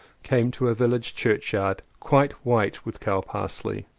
came to a village churchyard quite white with cows parsley,